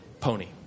Pony